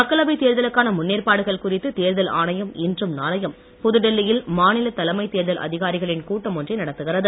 மக்களவை தேர்தலுக்கான முன்னேற்பாடுகள் குறித்து தேர்தல் ஆணையம் இன்றும் நாளையும் புதுடெல்லியில் மாநில தலைமை தேர்தல் அதிகாரிகளின் கூட்டம் ஒன்றை நடத்துகிறது